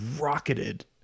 rocketed